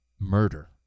murder